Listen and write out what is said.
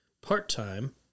part-time